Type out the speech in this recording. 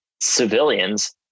civilians